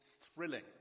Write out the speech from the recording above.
thrilling